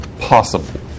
possible